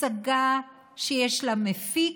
הצגה שיש לה מפיק,